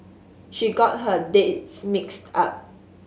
she got her dates mixed up